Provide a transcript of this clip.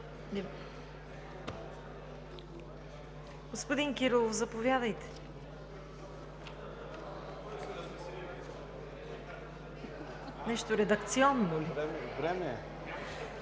Господин Кирилов, заповядайте. Нещо редакционно ли е?